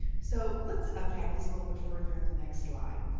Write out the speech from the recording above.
so let's unpack these a little bit further in the next slide.